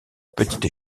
petite